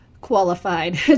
qualified